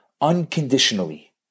unconditionally